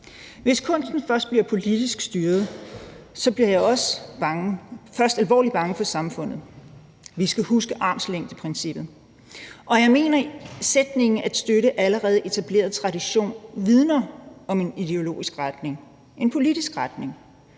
Hvis kunsten først bliver politisk styret, bliver jeg først alvorlig bange for samfundet. Vi skal huske armslængdeprincippet, og jeg mener, sætningen om at støtte en allerede etableret tradition vidner om en ideologisk retning, en politisk retning,